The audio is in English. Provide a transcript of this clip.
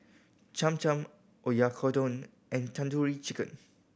Cham Cham Oyakodon and Tandoori Chicken